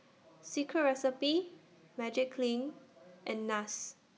Secret Recipe Magiclean and Nars